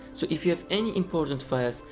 so if you have any important files,